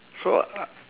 so I